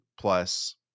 plus